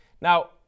Now